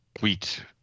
Wheat